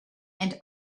and